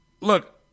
Look